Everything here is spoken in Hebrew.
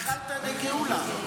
זה אתחלתא דגאולה.